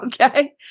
Okay